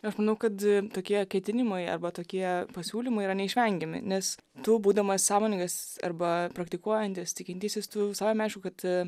aš manau kad tokie ketinimai arba tokie pasiūlymai yra neišvengiami nes tu būdamas sąmoningas arba praktikuojantis tikintysis tu savaime aišku kad